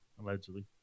Allegedly